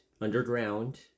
underground